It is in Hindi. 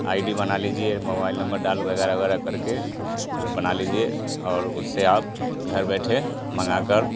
आई डी बना लीजिए मोबाइल नम्बर डाल वग़ैरह वग़ैरह करके बना लीजिए और उससे आप घर बैठे मंगाकर